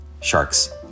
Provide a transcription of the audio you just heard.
Sharks